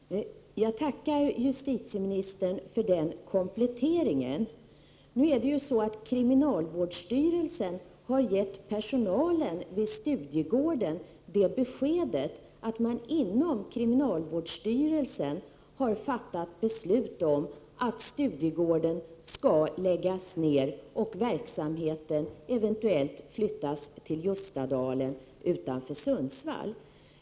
Herr talman! Jag tackar justitieministern för den kompletteringen. Nu är det så, att kriminalvårdsstyrelsen har gett personalen vid Studiegården beskedet att man har fattat beslut om att Studiegården skall läggas ned och verksamheten eventuellt flyttas till Ljustadalen utanför Sundsvall.